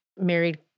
married